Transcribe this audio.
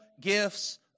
gifts